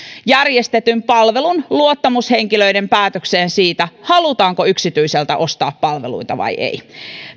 järjestetyn palvelun luottamushenkilöiden päätökseen siitä halutaanko yksityiseltä ostaa palveluita vai ei